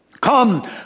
come